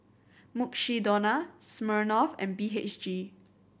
Mukshidonna Smirnoff and B H G